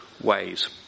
ways